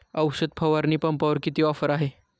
औषध फवारणी पंपावर किती ऑफर आहे?